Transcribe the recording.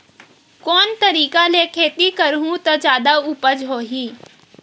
कोन तरीका ले खेती करहु त जादा उपज होही?